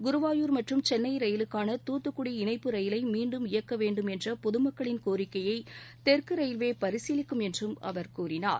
குருவாயூர் மற்றும் சென்னை ரயிலுக்கான துத்துக்குடி இணைப்பு ரயிலை மீன்டும் இயக்க வேண்டும் என்ற பொதுமக்களின் கோரிக்கையை தெற்கு ரயில்வே பரிசீலிக்கும் என்றும் அவர் கூறினார்